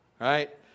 right